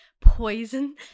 poison